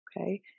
Okay